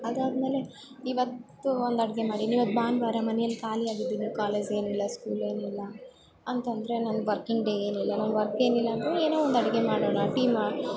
ಅದಾದ್ಮೇಲೆ ಇವತ್ತು ಒಂದು ಅಡಿಗೆ ಮಾಡೀನಿ ಇವತ್ತು ಭಾನುವಾರ ಮನೆಯಲ್ಲಿ ಖಾಲಿಯಾಗಿದ್ದೀನಿ ಕಾಲೇಜ್ ಏನಿಲ್ಲ ಸ್ಕೂಲ್ ಏನಿಲ್ಲ ಅಂತಂದರೆ ನನ್ನ ವರ್ಕಿಂಗ್ ಡೇ ಏನಿಲ್ಲ ನನ್ನ ವರ್ಕ್ ಏನಿಲ್ಲ ಅಂದರೆ ಏನೋ ಒಂದು ಅಡಿಗೆ ಮಾಡೋಣ ಟೀ ಮಾ